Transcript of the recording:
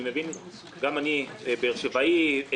אני מבין, גם אני באר שבעי.